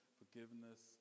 forgiveness